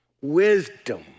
wisdom